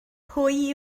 pwy